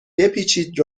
بپیچید